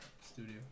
Studio